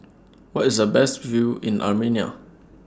Where IS The Best View in Armenia